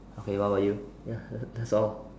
okay what about you ya that's all